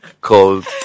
called